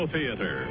Theater